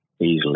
easily